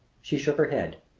she shook her head.